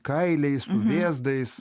kailiais su vėzdais